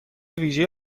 ویژه